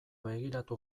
begiratu